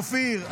אופיר,